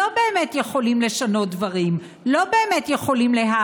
לא באמת יכולים לשנות דברים,